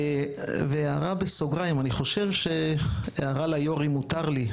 הערה בסוגריים, אני חושב שהערה ליו"רים מותר לי.